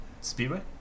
speedway